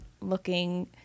looking